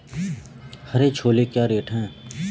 हरे छोले क्या रेट हैं?